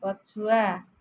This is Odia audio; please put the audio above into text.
ପଛୁଆ